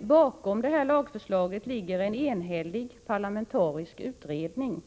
Bakom lagförslaget finns dock en enhällig parlamentarisk utredning.